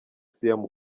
kwa